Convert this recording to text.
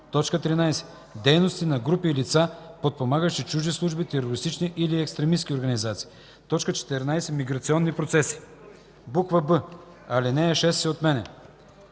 13. дейности на групи и лица, подпомагащи чужди служби, терористични или екстремистки организации; 14. миграционни процеси.”; б) алинея 6 се отменя.